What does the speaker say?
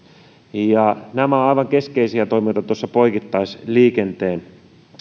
ja nämä ovat aivan keskeisiä toimijoita poikittaisliikenteen